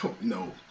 No